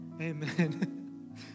Amen